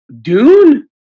Dune